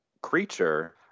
creature